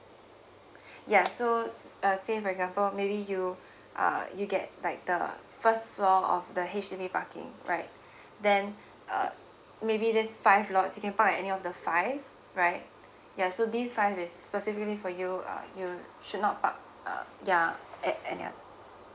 ya so uh say for example maybe you uh you get like the first floor of the H_D_B parking right then uh maybe there's five lots you can buy any of the five right ya so these five is specifically for you uh you should not park uh ya at any other